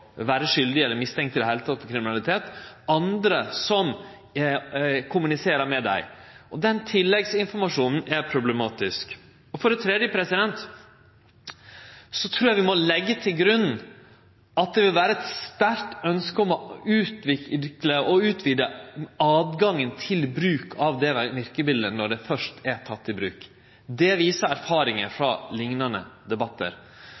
vere skuldige eller mistenkte i det heile i kriminalitet, og om andre som kommuniserer med dei. Den tilleggsinformasjonen er problematisk. For det tredje trur eg vi må leggje til grunn at det vil vere eit sterkt ønske om å utvikle og utvide tilgangen til å bruke dette verkemiddelet når det først er teke i bruk. Det viser erfaringar frå liknande debattar.